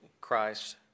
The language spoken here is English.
Christ